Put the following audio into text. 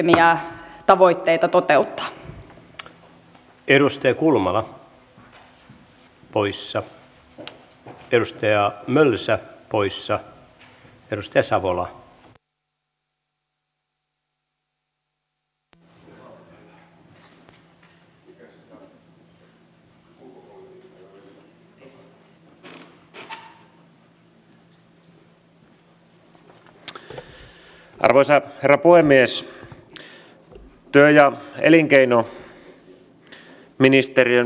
jaosto on työskennellyt hyvin ahkerasti ja arvon herra ministerit ovat olleet hyvin meillä kuultavina